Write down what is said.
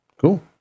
Cool